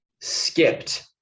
skipped